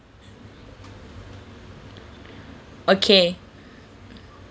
okay